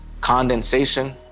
condensation